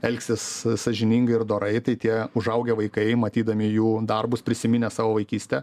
elgsis sąžiningai ir dorai tai tie užaugę vaikai matydami jų darbus prisiminę savo vaikystę